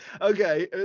Okay